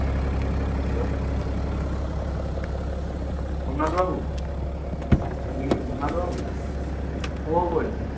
hello Somnath বাবু আপনি কি সোমনাথ বাবু বলছি